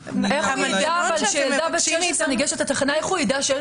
המנגנון שאתם מבקשים מאיתנו- -- איך הוא ידע,